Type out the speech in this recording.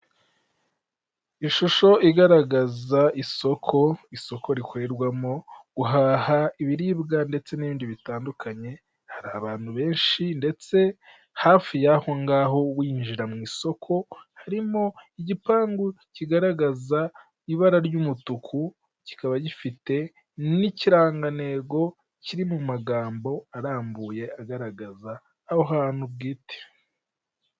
Ishusho igaragaza isoko, isoko rikorerwamo guhaha ibiribwa ndetse n'ibindi bitandukanye, hari abantu benshi ndetse hafi y'aho ngaho winjira mu isoko, harimo igipangu kigaragaza ibara ry'umutuku, kikaba gifite n'ikirangantego kiri mu magambo arambuye agaragaza aho hantu bwite.